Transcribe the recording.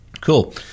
Cool